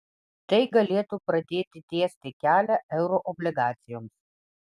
tai galėtų pradėti tiesti kelią euroobligacijoms